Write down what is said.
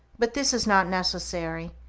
but this is not necessary,